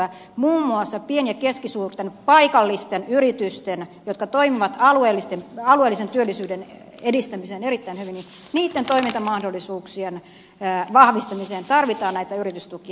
muun muassa pienten ja keskisuurten paikallisten yritysten jotka toimivat alueellisen työllisyyden edistämiseksi erittäin hyvin toimintamahdollisuuksien vahvistamiseen tarvitaan näitä yritystukia